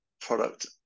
product